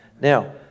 Now